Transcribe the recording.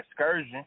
excursion